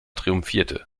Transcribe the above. triumphierte